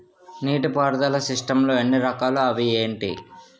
నీటిపారుదల సిస్టమ్ లు ఎన్ని రకాలు? అవి ఏంటి?